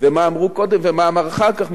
ומה אמרו קודם ומה אמרו אחר כך,